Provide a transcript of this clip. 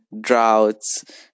droughts